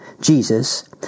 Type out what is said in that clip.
Jesus